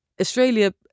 Australia